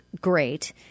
great